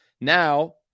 Now